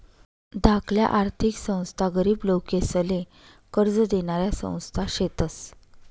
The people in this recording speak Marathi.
धाकल्या आर्थिक संस्था गरीब लोकेसले कर्ज देनाऱ्या संस्था शेतस